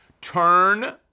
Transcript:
turn